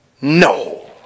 No